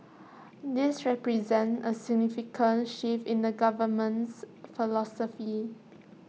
this represents A significant shift in the government's philosophy